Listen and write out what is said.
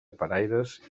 paraires